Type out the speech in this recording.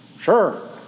Sure